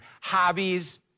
hobbies